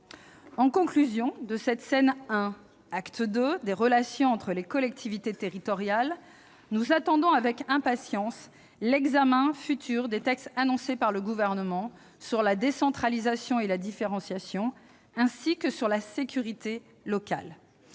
En conclusion, après cette scène 1, acte II des relations entre les collectivités territoriales, nous attendons avec impatience l'examen futur des textes annoncés par le Gouvernement sur la décentralisation et la différenciation, ainsi que sur la sécurité locale.